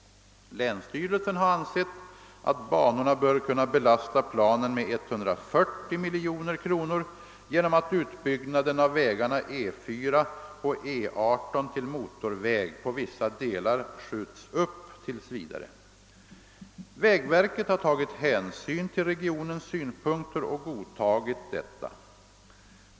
Länsstyrelsen har ansett att banorna bör kunna belasta planen med 140 miljoner kronor genom att utbyggnaden av vägarna E 4 och E 18 till motorväg på vissa delar skjuts upp tills vidare. Vägverket har tagit hänsyn till regionens synpunkter och godtagit detta.